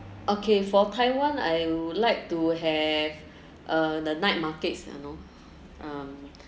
okay for taiwan I would like to have uh the night markets and all